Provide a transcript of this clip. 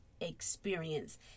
experience